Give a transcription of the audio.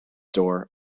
door